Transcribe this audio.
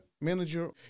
manager